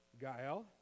Gael